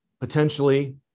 potentially